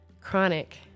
Chronic